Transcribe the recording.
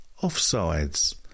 Offsides